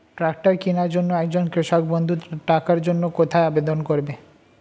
Tractor কিনার জন্য একজন কৃষক বন্ধু টাকার জন্য কোথায় আবেদন করবে?